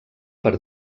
per